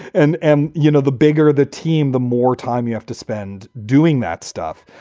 and and, you know, the bigger the team, the more time you have to spend doing that stuff.